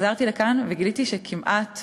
חזרתי לכאן וגיליתי שכמעט